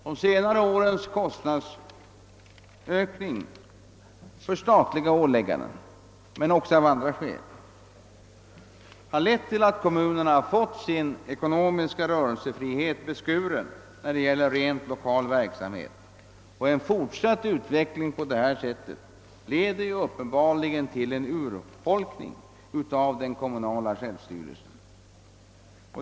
De senare årens kostnadsökningar har lett till att kommunerna fått sin ekonomiska rörelsefrihet beskuren när det gäller rent lokal verksamhet. En fortsatt utveckling i detta avseende leder uppenbarligen till en urholkning av den kommunala självstyrelsen.